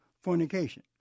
fornication